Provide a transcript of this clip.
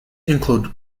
include